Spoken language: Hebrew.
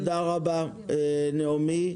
תודה רבה, נעמי.